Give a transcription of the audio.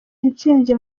intsinzi